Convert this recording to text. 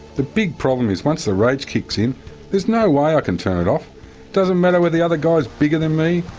the big problem is once the rage kicks in there's no way i can turn it off, it doesn't matter whether the other guy is bigger than me,